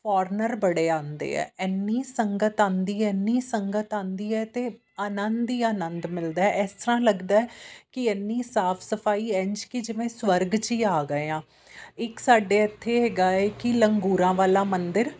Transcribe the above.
foreigner ਬੜੇ ਆਉਂਦੇ ਆ ਇੰਨੀ ਸੰਗਤ ਆਉਂਦੀ ਹੈ ਇੰਨੀ ਸੰਗਤ ਆਉਂਦੀ ਹੈ ਅਤੇ ਆਨੰਦ ਹੀ ਆਨੰਦ ਮਿਲਦਾ ਇਸ ਤਰਾਂ ਲੱਗਦਾ ਕਿ ਇੰਨੀ ਸਾਫ਼ ਸਫ਼ਾਈ ਇੰਝ ਕਿ ਜਿਵੇਂ ਸਵਰਗ 'ਚ ਹੀ ਆ ਗਏ ਹਾਂ ਇੱਕ ਸਾਡੇ ਇੱਥੇ ਹੈਗਾ ਹੈ ਕਿ ਲੰਗੂਰਾਂ ਵਾਲਾ ਮੰਦਰ